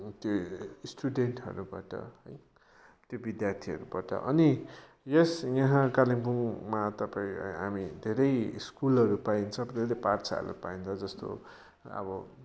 त्यो स्टुडेन्टहरूबाट है त्यो विद्यार्थीहरूबाट अनि यस यहाँ कालिम्पोङमा तपाईँ हामी धेरै स्कुलहरू पाइन्छ के अरे पाठशाला पाइन्छ जस्तो अब